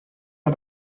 hat